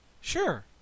Sure